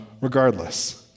regardless